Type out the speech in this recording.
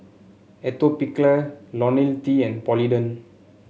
Atopiclair LoniL T and Polident